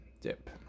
dip